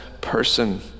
person